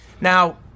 Now